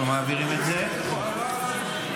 אז אנחנו מעבירים את זה לוועדת הכנסת.